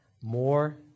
more